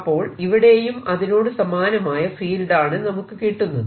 അപ്പോൾ ഇവിടെയും അതിനോട് സമാനമായ ഫീൽഡ് ആണ് നമുക്ക് കിട്ടുന്നത്